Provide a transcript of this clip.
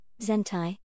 Zentai